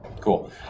cool